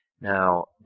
Now